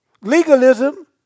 Legalism